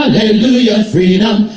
hallelujah, freedom.